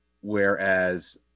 whereas